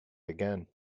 again